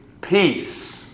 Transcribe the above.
Peace